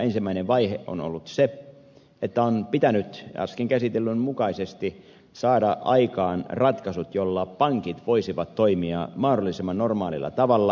ensimmäinen vaihe on ollut se että on pitänyt äsken käsitellyn mukaisesti saada aikaan ratkaisut joilla pankit voisivat toimia mahdollisimman normaalilla tavalla